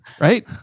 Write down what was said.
Right